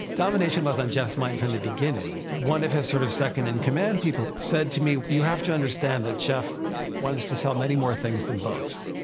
domination was on jeff's mind from the beginning. one of his sort of second-in-command people said to me, you have to understand that jeff wants to sell many more things than books.